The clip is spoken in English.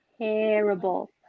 terrible